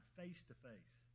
face-to-face